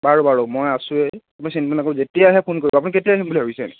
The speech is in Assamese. বাৰু বাৰু মই আছোঁৱেই কোনো চিন্তা নকৰিব যেতিয়াই আহে ফোন কৰিব আপুনি কেতিয়া আহিম বুলি ভাবিছে